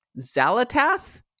Zalatath